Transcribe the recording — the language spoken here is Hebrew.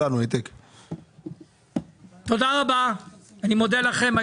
תודה רבה, אני מודה לכם.